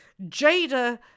Jada